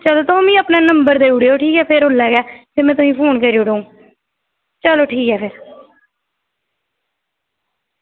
चलो ठीक भी तुस मिगी अपना नंबर देई ओड़ेओ ओल्लै गै ठीक ते में तुसेंगी फोन करी ओड़ङ चलो ठीक ऐ फिर